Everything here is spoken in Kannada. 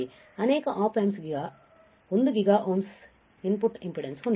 ಅನೇಕ op amps 1 giga ohms input impedance ಹೊಂದಿದೆ